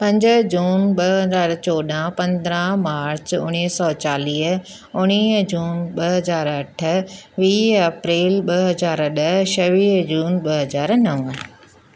पंज जून ॿ हज़ार चोॾहं पंद्रहं मार्च उणिवीह सौ चालीह उणिवीह जून ॿ हज़ार अठ वीह अप्रैल ॿ हज़ार ॾह छवीह जून ॿ हज़ार नव